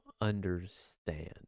understand